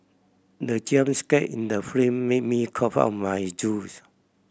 the jump scare in the film made me cough out my juice